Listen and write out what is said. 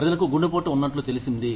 ప్రజలకు గుండెపోటు ఉన్నట్లు తెలిసింది